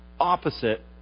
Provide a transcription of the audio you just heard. opposite